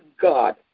God